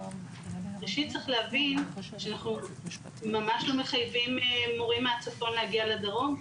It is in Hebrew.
ראשית צריך להבין שאנחנו ממש לא מחייבים מורים מהצפון להגיע לדרום,